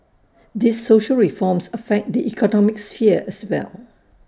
these social reforms affect the economic sphere as well